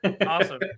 Awesome